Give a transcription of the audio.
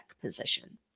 position